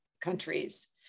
countries